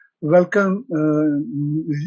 Welcome